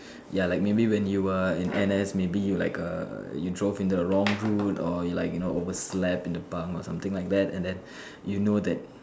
ya like maybe when you were in N_S maybe you like err you drove in a wrong route or like you know overslept in the bunk or something like that and then you know that